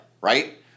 right